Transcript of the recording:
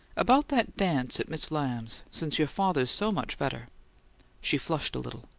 about that dance at miss lamb's since your father's so much better she flushed a little.